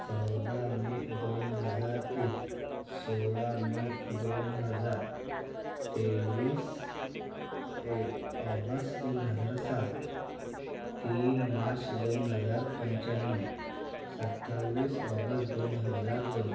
चौदा मे दोन हजार एक सोळा मे दोन हजार तेवीस ए ऑगस दोन हजार सात तीन मार्श दोन हजार पंच्यान्नव सत्तावीस ऑगस दोन हजार दोन